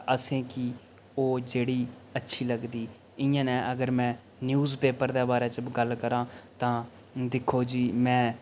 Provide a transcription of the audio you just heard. असेंगी ओह् जेह्ड़ी अच्छी लगदी इंया न अगर में न्यूज़ पेपर दे बारै च गल्ल करां तां दिक्खो जी में